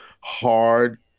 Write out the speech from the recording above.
hard